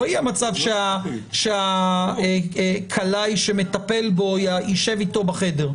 לא יהיה מצב שהכלאי שמטפל בו ישב איתו בחדר.